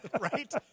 right